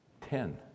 Ten